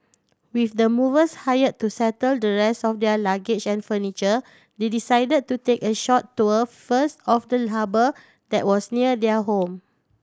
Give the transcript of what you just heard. with the movers hire to settle the rest of their luggage and furniture they decide to take a short tour first of the harbour that was near their home